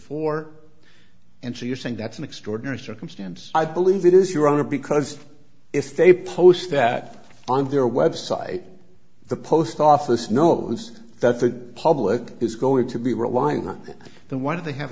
for and so you're saying that's an extraordinary circumstance i believe it is your honor because if they post that on their website the post office knows that the public is going to be relying on that one of they have